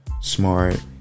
smart